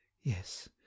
yes